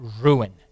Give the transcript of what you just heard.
ruin